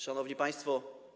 Szanowni Państwo!